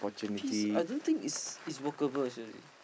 peace I don't think it's workable seriously